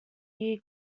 year